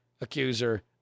accuser